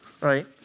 right